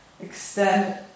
Extend